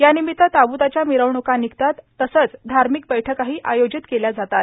यानिमित्त ताबूताच्या मिरवणूका निघतात तसंच धार्मिक बैठकाही आयोजित केल्या जातात